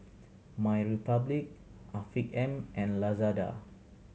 MyRepublic Afiq M and Lazada